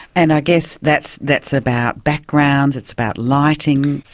and i guess that's that's about background, it's about lighting,